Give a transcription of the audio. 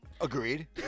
Agreed